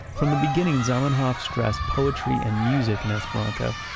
from the beginning, zamenhof stressed poetry and music in esperanto,